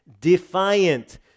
defiant